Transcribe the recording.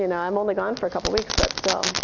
and i'm only gone for a couple of weeks, but still.